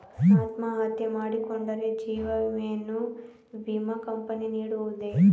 ಅತ್ಮಹತ್ಯೆ ಮಾಡಿಕೊಂಡರೆ ಜೀವ ವಿಮೆಯನ್ನು ವಿಮಾ ಕಂಪನಿ ನೀಡುವುದೇ?